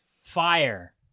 Fire